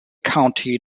county